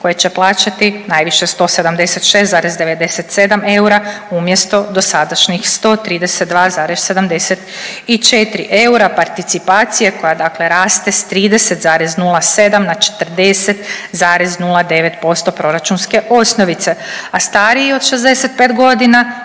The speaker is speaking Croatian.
koje će plaćati najviše 176,97 eura umjesto dosadašnjih 132,74 eura participacije koja, dakle raste sa 30,07 na 40,09% proračunske osnovice. A stariji od 65 godina